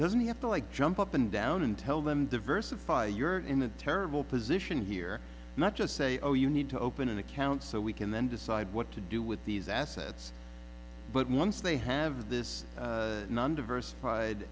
doesn't have to like jump up and down and tell them diversify you're in a terrible position here not just say oh you need to open an account so we can then decide what to do with these assets but once they have this diversified